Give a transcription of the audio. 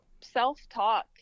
self-talk